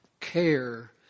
care